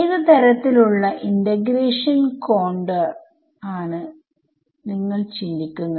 ഏത് തരത്തിൽ ഉള്ള ഇന്റെഗ്രേഷൻ കോണ്ടൂർ ആണ് നിങ്ങൾ ചിന്തിക്കുന്നത്